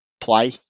Play